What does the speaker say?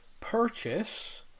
purchase